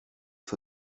for